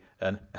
and